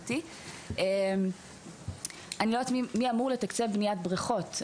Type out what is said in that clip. אני לא יודעת מי אמור לתקצב בניית בריכות,